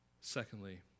Secondly